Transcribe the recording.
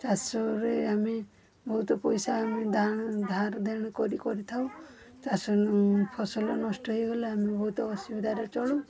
ଚାଷରେ ଆମେ ବହୁତ ପଇସା ଧାର ଦେଣ କରି କରିଥାଉ ଚାଷ ଫସଲ ନଷ୍ଟ ହୋଇଗଲେ ଆମେ ବହୁତ ଅସୁବିଧାରେ ଚଳୁ